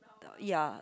ya